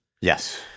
Yes